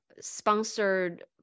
sponsored